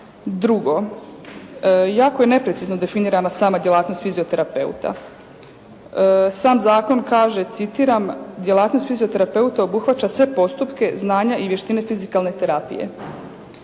Drugo, jako je neprecizno definirana sama djelatnost fizioterapeuta. Sam zakon kaže, citiram: «Djelatnost fizioterapeuta obuhvaća sve postupke, znanja i vještine fizikalne terapije.»